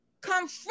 Confront